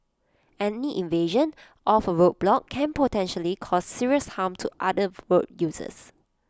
any evasion of A road block can potentially cause serious harm to other road users